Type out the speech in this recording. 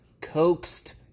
coaxed